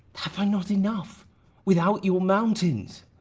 have i not enough without your mountains?